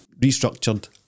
restructured